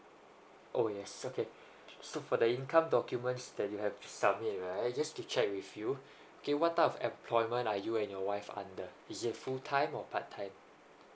oh yes okay so for the income documents that you have to submit right just to check with you okay what type of employment are you and your wife under is it full time or part time